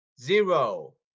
Zero